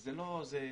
וזה לא קורה.